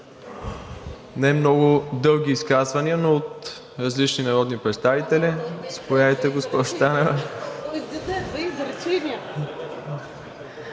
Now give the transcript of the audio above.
не много дълги изказвания, но от различни народни представители. Заповядайте, госпожо Танева.